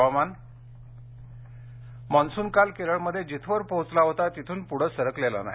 हवामान मॉन्सून काल केरळमध्ये जिथवर पोहोचला होता तिथून पुढे सरकलेला नाही